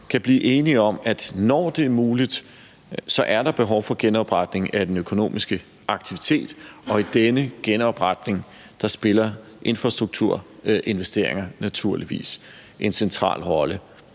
kan blive enige om, at når det bliver muligt, så er der behov for en genopretning af den økonomiske aktivitet, og i denne genopretning spiller infrastrukturinvesteringer naturligvis en central rolle.